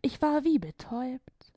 ich war wie betäubt